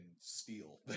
steel